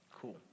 Cool